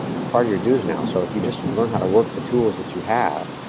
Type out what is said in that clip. it's part of your dues now, so if you just learn how to work the tools that you have,